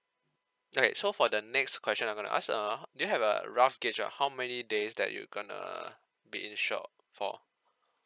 alright so for the next question I'm gonna ask uh do you have a rough gauge on how many days that you gonna be insured for